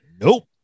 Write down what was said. Nope